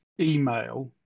email